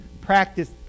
practice